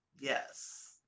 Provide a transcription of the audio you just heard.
Yes